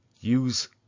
use